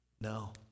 No